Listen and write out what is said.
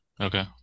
Okay